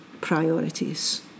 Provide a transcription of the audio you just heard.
priorities